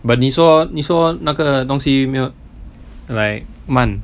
but 你说你说那个东西没有 like 慢